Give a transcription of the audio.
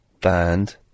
band